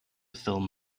film